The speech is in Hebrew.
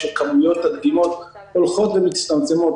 צריך לזכור גם שכמות הדגימות הולכת ומצטמצמת,